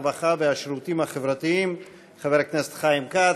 הרווחה והשירותים החברתיים חבר הכנסת חיים כץ.